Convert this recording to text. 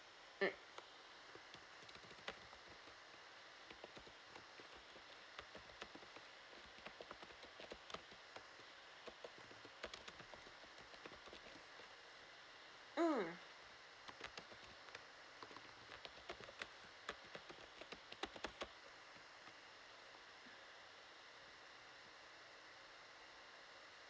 mm mm